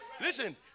Listen